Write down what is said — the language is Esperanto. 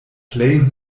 plej